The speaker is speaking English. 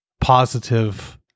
positive